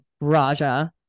Raja